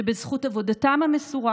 שבזכות עבודתם המסורה